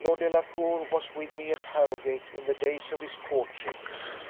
lord delacour was with me at harrowgate in the days of his courtship